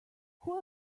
who